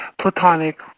platonic